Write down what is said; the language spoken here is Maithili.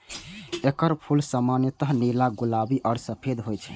एकर फूल सामान्यतः नीला, गुलाबी आ सफेद होइ छै